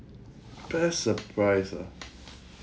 best surprise ah